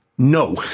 No